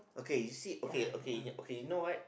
okay you see okay okay okay you know what